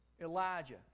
Elijah